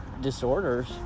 disorders